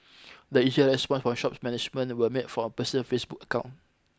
the initial response from shop's management were made from a personal Facebook account